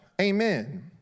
Amen